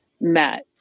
met